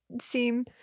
seem